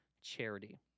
charity